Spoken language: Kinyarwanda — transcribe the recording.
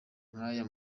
nk’aya